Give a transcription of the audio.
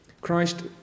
Christ